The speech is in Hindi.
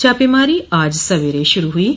छापेमारी आज सवेरे शुरू हुई थी